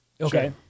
okay